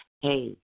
Hey